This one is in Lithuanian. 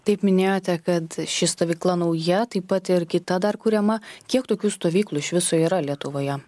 taip minėjote kad ši stovykla nauja taip pat ir kita dar kuriama kiek tokių stovyklų iš viso yra lietuvoje